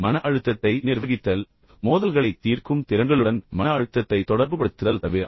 மன அழுத்தத்தை நிர்வகித்தல் மோதல்களைத் தீர்க்கும் திறன்களுடன் தொடர்ந்து மன அழுத்தத்தை தொடர்புபடுத்துதல் தவிர